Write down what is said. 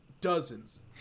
dozens